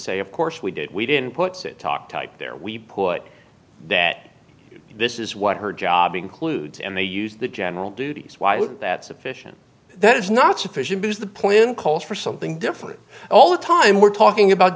say of course we did we'd inputs it talk type there we put that this is what her job includes and they use the general duties why is that sufficient that is not sufficient because the plan calls for something different all the time we're talking about